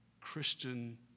Christian